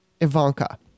Ivanka